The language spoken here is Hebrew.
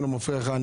אם לא מפריע לך,